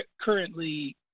currently